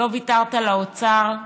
לא ויתרת לאוצר,